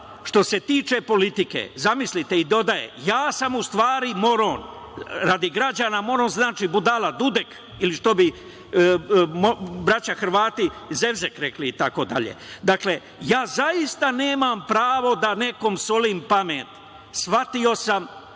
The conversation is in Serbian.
što se tiče politike i dodaje – ja sam u stvari moron. Radi građana, moron znači budala, dudek ili što bi braća Hrvati rekli zevzek itd. Dakle, ja zaista nemam pravo da nekom solim pamet, shvatio sam